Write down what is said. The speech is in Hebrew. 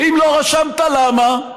ואם לא רשמת, למה?